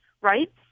right